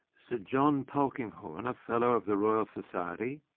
sir john polkinghorne, a fellow of the royal society,